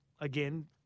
again